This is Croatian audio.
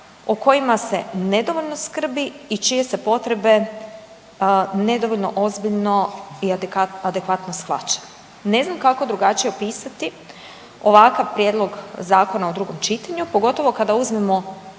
o kojima se nedovoljno skrbi i čije se potrebe nedovoljno ozbiljno i adekvatno shvaća. Ne znam kako drugačije opisati ovakav Prijedlog zakona u drugom čitanju pogotovo kada uzmemo